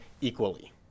equally